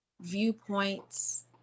viewpoints